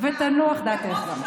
ותנוח דעתך.